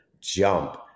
jump